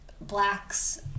blacks